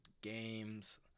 games